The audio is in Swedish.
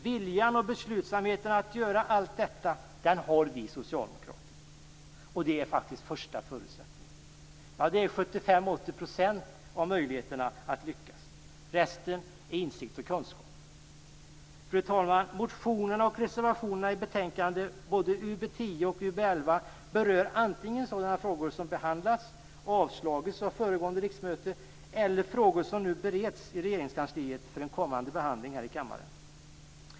Viljan och beslutsamheten att göra allt detta har vi socialdemokrater, och det är första förutsättningen. Det är 75-80 % av möjligheterna att lyckas; resten är insikt och kunskap. Fru talman! Motionerna i betänkandena UbU10 och UbU11 och reservationerna till dessa berör antingen sådana frågor som behandlats och avslagits av föregående riksmöte eller frågor som nu bereds i Regeringskansliet för en kommande behandling här i kammaren.